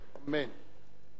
אמן.